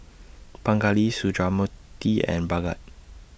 Pingali Sundramoorthy and Bhagat